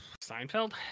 Seinfeld